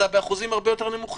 אבל העובדות הן עובדות.